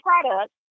product